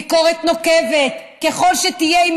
ביקורת נוקבת ככל שתהיה,